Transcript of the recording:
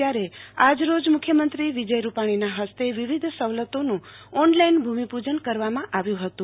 ત્યારે આજરોજ મુખ્યમંત્રી વિજય રૂપાછીના હસ્તે વીવિધ સવલતોનું ઓનલાઈન ભૂમિપૂજન કરવામાં આવ્યું હતું